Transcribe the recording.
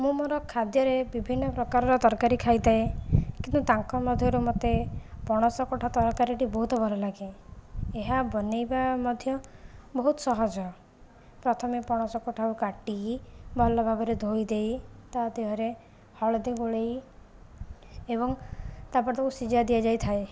ମୁଁ ମୋର ଖାଦ୍ୟରେ ବିଭିନ୍ନ ପ୍ରକାରର ତରକାରୀ ଖାଇଥାଏ କିନ୍ତୁ ତାଙ୍କ ମଧ୍ୟରେ ମୋତେ ପଣସ କଠା ତରକାରୀଟି ବହୁତ ଭଲ ଲାଗେ ଏହା ବନେଇବା ମଧ୍ୟ ବହୁତ ସହଜ ପ୍ରଥମେ ପଣସ କଠାକୁ କାଟିକି ଭଲ ଭାବରେ ଧୋଇ ଦେଇ ତା' ଦେହରେ ହଳଦୀ ଗୋଳେଇ ଏବଂ ତାପରେ ତାକୁ ଶିଝା ଦିଆ ଯାଇଥାଏ